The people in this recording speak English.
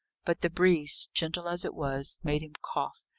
but the breeze, gentle as it was, made him cough,